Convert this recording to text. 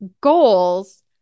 goals